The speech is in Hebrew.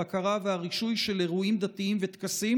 הבקרה והרישוי של אירועים דתיים וטקסים,